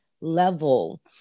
level